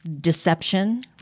deception